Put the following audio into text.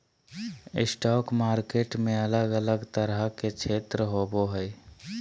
stock market में अलग अलग तरह के क्षेत्र होबो हइ